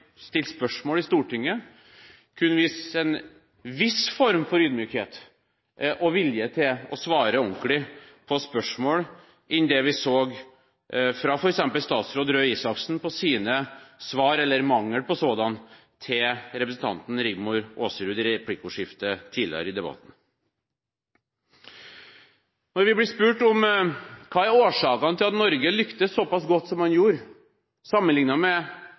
stilt spørsmål i Stortinget, kunne vise en viss form for ydmykhet og større vilje til å svare ordentlig på dem enn det f.eks. statsråd Røe Isaksen gjorde i sine svar, eller mangel på sådanne, til representanten Rigmor Aasrud i replikkordskiftet tidligere i debatten. Når vi blir spurt om hva som er årsakene til at Norge lyktes såpass godt som vi gjorde sammenlignet med